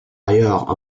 ailleurs